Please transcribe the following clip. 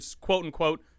quote-unquote